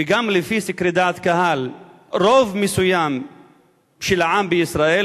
ולפי סקרי דעת קהל גם רוב מסוים של העם בישראל,